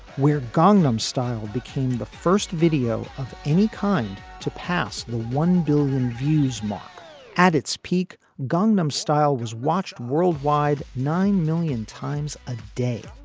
where gangnam style became the first video of any kind to pass the one billion views mark at its peak, gangnam style was watched worldwide nine million times a day,